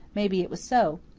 maybe it was so.